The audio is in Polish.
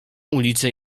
ulice